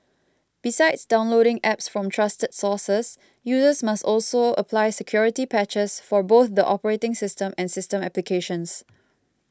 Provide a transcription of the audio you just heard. besides downloading apps from trusted sources users must also apply security patches for both the operating system and system applications